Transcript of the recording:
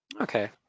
Okay